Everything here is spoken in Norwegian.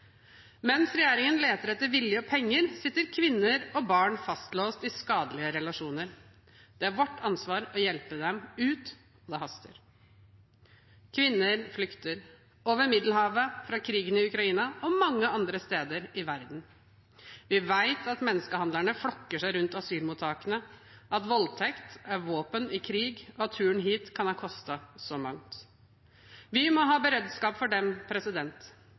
Mens regjeringen leter etter vilje og penger, sitter kvinner og barn fastlåst i skadelige relasjoner. Det er vårt ansvar å hjelpe dem ut, og det haster. Kvinner flykter – over Middelhavet, fra krigen i Ukraina og mange andre steder i verden. Vi vet at menneskehandlerne flokker seg rundt asylmottakene, at voldtekt er våpen i krig, og at turen hit kan ha kostet så mangt. Vi må ha beredskap for dem,